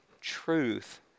truth